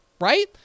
Right